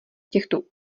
těchto